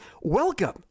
welcome